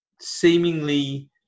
seemingly